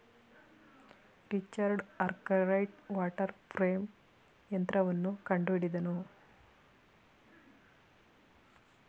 Richard Arkwright water frame ಯಂತ್ರವನ್ನು ಕಂಡುಹಿಡಿದನು